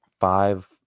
five